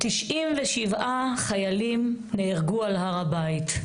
97 חיילים נהרגו על הר הבית,